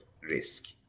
risk